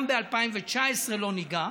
גם ב-2019 לא ניגע,